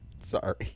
Sorry